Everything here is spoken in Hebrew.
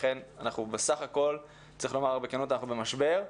לכן צריך לומר בכנות שאנחנו במשבר.